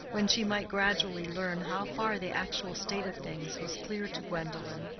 when she might gradually learn how far the actual state of things was clear to gwendolen,